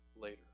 later